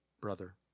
brother